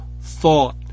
thought